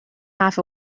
half